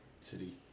city